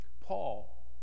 Paul